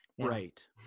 Right